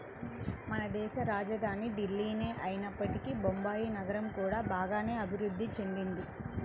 మనదేశ రాజధాని ఢిల్లీనే అయినప్పటికీ బొంబాయి నగరం కూడా బాగానే అభిరుద్ధి చెందింది